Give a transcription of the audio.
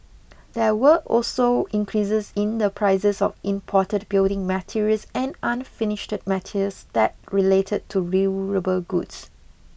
there were also increases in the prices of imported building materials and unfinished metals that related to durable goods